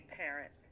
parent